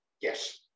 Yes